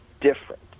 different